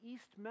East